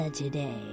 Today